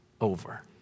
over